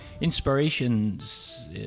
inspirations